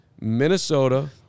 Minnesota